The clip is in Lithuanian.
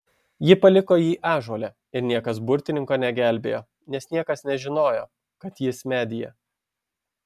ji paliko jį ąžuole ir niekas burtininko negelbėjo nes niekas nežinojo kad jis medyje